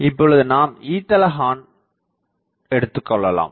இப்பொழுது நாம் E தள ஹார்ன் எடுத்துக் கொள்ளலாம்